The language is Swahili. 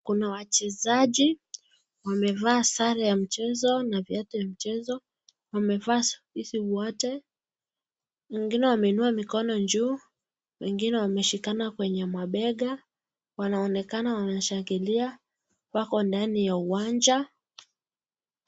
Kuna wachezaji. Wamevaa sare ya mchezo na viatu ya mchezo. Wamevaa socks zote. Mwingine ameinua mikono juu, wengine wameshikana kwenye mabega. Wanaonekana wameshangilia, wako ndani ya uwanja.